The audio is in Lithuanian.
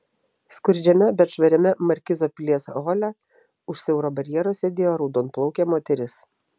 skurdžiame bet švariame markizo pilies hole už siauro barjero sėdėjo raudonplaukė moteris